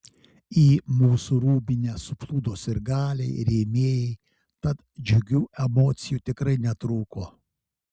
į mūsų rūbinę suplūdo sirgaliai rėmėjai tad džiugių emocijų tikrai netrūko